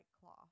cloth